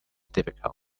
difficult